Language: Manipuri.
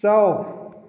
ꯆꯥꯎ